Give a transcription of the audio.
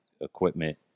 equipment